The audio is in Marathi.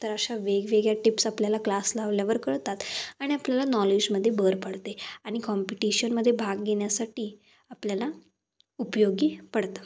तर अशा वेगवेगळ्या टिप्स आपल्याला क्लास लावल्यावर कळतात आणि आपल्याला नॉलेजमध्ये भर पडते आणि कॉम्पिटिशनमध्ये भाग घेण्यासाठी आपल्याला उपयोगी पडतं